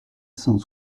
cent